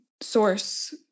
source